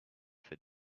for